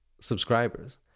subscribers